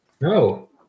No